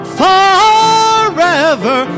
forever